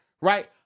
right